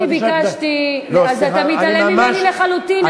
אני ביקשתי, אתה מתעלם ממני לחלוטין.